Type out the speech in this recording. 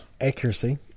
accuracy